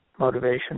Motivation